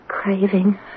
Craving